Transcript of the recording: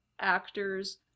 actors